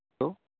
hello